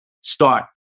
start